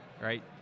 right